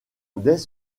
dès